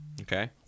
Okay